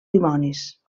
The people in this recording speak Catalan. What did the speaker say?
dimonis